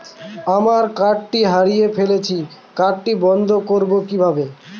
আমার কার্ডটি হারিয়ে ফেলেছি কার্ডটি বন্ধ করব কিভাবে?